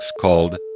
called